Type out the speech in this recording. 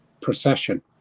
procession